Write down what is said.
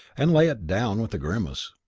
and lay it down with a grimace.